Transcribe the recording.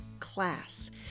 Class